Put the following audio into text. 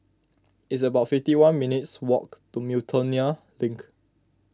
it's about fifty one minutes' walk to Miltonia Link